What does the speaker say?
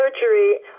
surgery